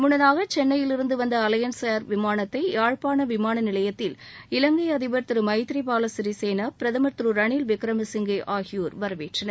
முன்னதாக சென்னையிலிருந்து வந்த அலையன்ஸ் ஏர் விமானத்தை யாழ்ப்பாண விமான நிலையத்தில் இலங்கை அதிபர் திரு எமத்ரி பால சிறிசேனா பிரதமர் திரு ரனில் விக்ரமசிங்கே ஆகியோர் வரவேற்றனர்